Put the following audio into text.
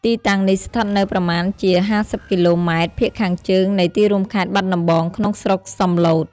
ទីតាំងនេះស្ថិតនៅប្រមាណជា ៥០ គីឡូម៉ែត្រភាគខាងជើងនៃទីរួមខេត្តបាត់ដំបង ក្នុងស្រុកសំឡូត។